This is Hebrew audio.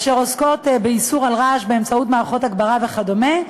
אשר עוסקות באיסור על רעש באמצעות מערכות הגברה וכדומה,